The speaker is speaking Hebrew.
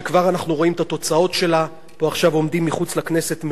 פה עכשיו עומדים מחוץ לכנסת מאות אנשים ממפעל "פניציה".